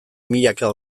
milaka